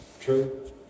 True